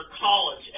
college